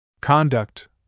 Conduct